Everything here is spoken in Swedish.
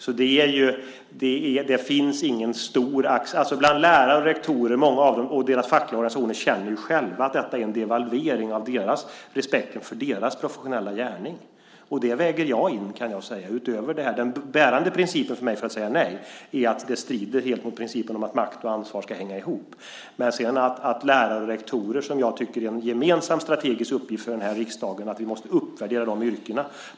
Många av lärarna och rektorerna och deras fackliga organisationer känner själva att detta är en devalvering av respekten för lärarnas och rektorernas professionella gärning, och det väger jag in. Den bärande principen för mig för att säga nej är att detta strider helt mot principen om att makt och ansvar ska hänga ihop. Det är en gemensam strategisk uppgift för den här riksdagen att uppvärdera lärarnas och rektorernas yrken.